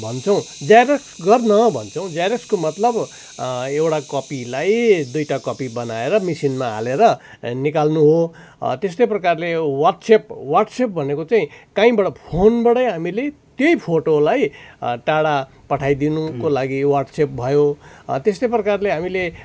भन्छौँ जेरक्स गर न भन्छौँ जेरक्सको मतलब एउटा कपीलाई दुइटा कपी बनाएर मिसिनमा हालेर निकाल्नु हो त्यस्तै प्ररकारले वाट्सएप वाट्सएप भनेको चाहिँ कहीँबाट फोनबाटै हामीले त्यही फोटोलाई टाढा पठाइदिनुको लागि वाट्सेप भयो त्यस्तै प्रकारले हामीले